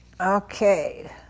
Okay